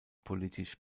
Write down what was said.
politisch